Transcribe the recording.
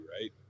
right